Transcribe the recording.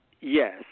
Yes